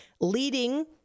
leading